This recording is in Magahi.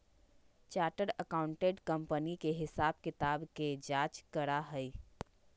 चार्टर्ड अकाउंटेंट कंपनी के हिसाब किताब के जाँच करा हई